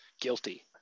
guilty